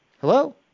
Hello